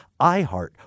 iHeart